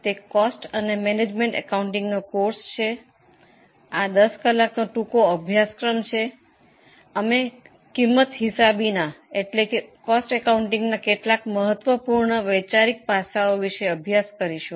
આ 10 કલાક નો ટૂંકો અભ્યાસક્રમ છે અમે પડતર હિસાબીકરણના કેટલાક મહત્વપૂર્ણ ખ્યાલ પાસાઓ વિશે અભ્યાસ કરીશું